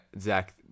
zach